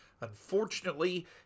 Unfortunately